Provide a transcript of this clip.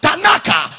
Tanaka